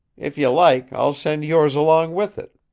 if you like, i'll send yours along with it.